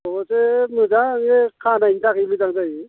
अब'से मोजां बियो खानायनि थाखाय मोजां जायो